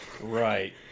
Right